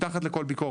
מתחת לכל ביקורת.